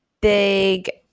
big